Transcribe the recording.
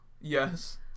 Yes